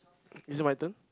is it my turn